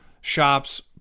shops